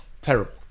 terrible